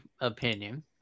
opinion